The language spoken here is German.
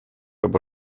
aber